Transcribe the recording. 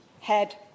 head